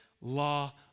law